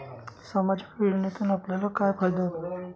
सामाजिक योजनेतून आपल्याला काय फायदा होतो?